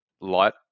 light